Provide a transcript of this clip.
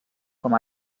com